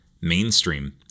Mainstream